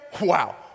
Wow